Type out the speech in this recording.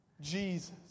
Jesus